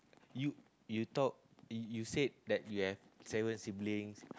you you talk you you said that you have seven siblings